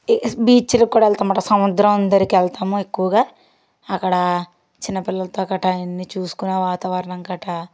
be బీచ్లకు కూడా వెళ్తాం అన్నమాట సముద్రం దగ్గరకి వెళ్తాము ఎక్కువగా అక్కడ చిన్న పిల్లలతో గటా అన్నీ చూసుకొని ఆ వాతావరణం గటా